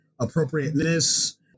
appropriateness